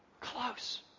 close